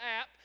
app